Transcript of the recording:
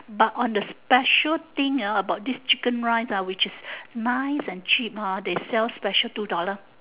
but on the special thing ah about this chicken rice ah which is nice and cheap ha is they sell special two dollar